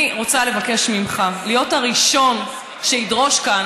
אני רוצה לבקש ממך להיות הראשון שידרוש כאן